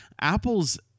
Apple's